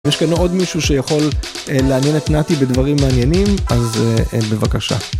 יש כאן עוד מישהו שיכול לעניין את נתי בדברים מעניינים, אז בבקשה.